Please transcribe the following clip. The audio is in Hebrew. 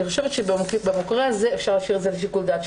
אני חושבת שבמקרה הזה אפשר להשאיר את זה לשיקול דעת.